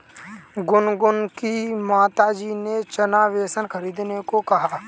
गुनगुन की माताजी ने चना बेसन खरीदने को कहा